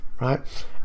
right